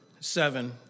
Seven